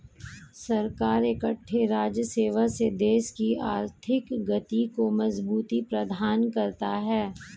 सरकार इकट्ठे राजस्व से देश की आर्थिक गति को मजबूती प्रदान करता है